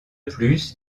plus